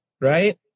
right